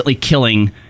killing